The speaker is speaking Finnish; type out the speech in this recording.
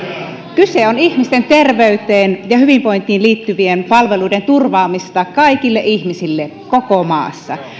kyse on ihmisten terveyteen ja hyvinvointiin liittyvien palveluiden turvaamisesta kaikille ihmisille koko maassa